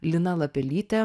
lina lapelyte